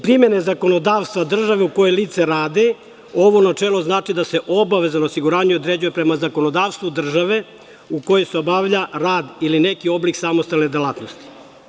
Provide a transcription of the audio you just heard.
Primene zakonodavstva države u kojoj lica rade, ovo načelo znači da se obaveza o osiguranju određuje prema zakonodavcu države u kojoj se obavlja rad ili neki oblik samostalne delatnosti.